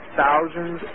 thousands